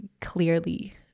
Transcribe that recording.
clearly